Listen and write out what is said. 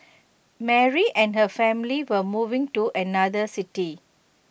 Mary and her family were moving to another city